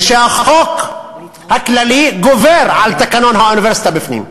ושהחוק הכללי גובר על תקנון האוניברסיטה בפנים.